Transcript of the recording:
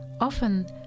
Often